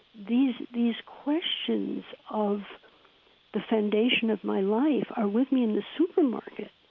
these these questions of the foundation of my life are with me in the supermarket,